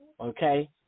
Okay